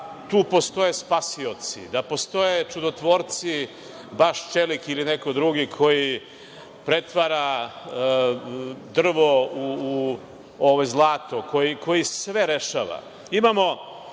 da tu postoje spasioci, da postoje čudotvorci, „Baš Čelik“ ili neko drugi ko pretvara drvo u zlato, koji sve rešava.U